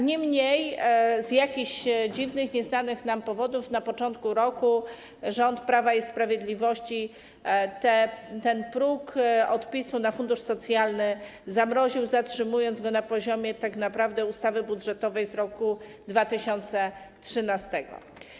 Niemniej z jakichś dziwnych, nieznanych nam powodów na początku roku rząd Prawa i Sprawiedliwości próg odpisu na fundusz socjalny zamroził, zatrzymując go na poziomie tak naprawdę ustawy budżetowej z roku 2013.